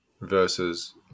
versus